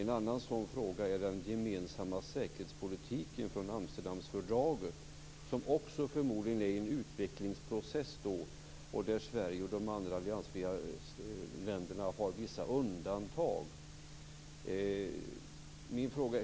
En annan sådan fråga är den gemensamma säkerhetspolitiken utifrån Amsterdamfördraget som också förmodligen är en utvecklingsprocess där Sverige och de andra alliansfria länderna har vissa undantag.